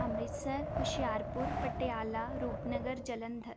Amritsar Hoshiarpur Patiala Rupnagar Jalandhar